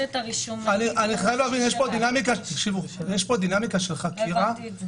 יש פה דינמיקה תקשיבו יש פה דינמיקה של חקירה